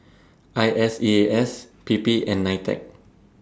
I S E A S P P and NITEC